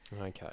Okay